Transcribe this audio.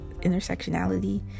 intersectionality